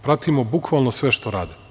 Pratimo bukvalno sve što rade.